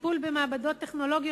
הטיפול במעבדות טכנולוגיות,